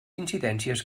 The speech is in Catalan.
incidències